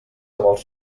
vols